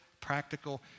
practical